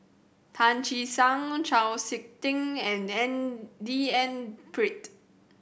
Tan Che Sang Chau Sik Ting and N D N Pritt